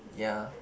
ya